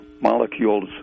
molecules